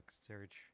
search